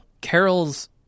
Carol's